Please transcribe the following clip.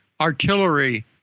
artillery